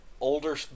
older